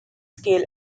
scale